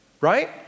Right